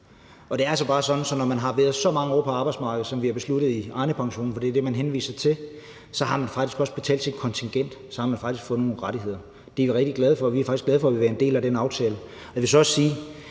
når man har været så mange år på arbejdsmarkedet, som vi har besluttet i forhold til Arnepensionen – for det er det, man henviser til – så har man faktisk også betalt sit kontingent; så har man faktisk fået nogle rettigheder. Og det er vi rigtig glade for. Vi er faktisk glade for, at vi har været en del af den aftale.